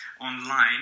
online